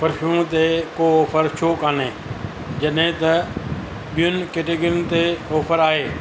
perfume ते को offer छो कोन्हे जॾहिं त ॿियुनि कैटेगरयुनि ते ऑफर आहे